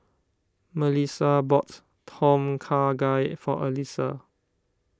Mellisa bought Tom Kha Gai for Alissa